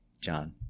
John